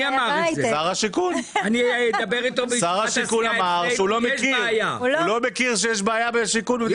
שר השיכון אמר שהוא לא מכיר שיש בעיה בשיכון.